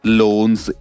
loans